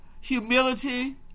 humility